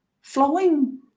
flowing